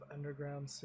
Underground